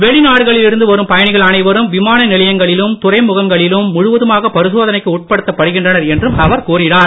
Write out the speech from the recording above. வெளிநாடுகளிலிருந்து வரும் பயணிகள் அனைவரும் விமான நிலையங்களிலும் துறைமுகங்களிலும் முழுவதுமாக பரிசோதனைக்கு உட்படுத்தப்படுகின்றனர் என்றும் அவர் கூறினார்